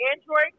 Android